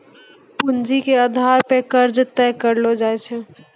पूंजी के आधार पे कर्जा तय करलो जाय छै